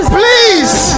please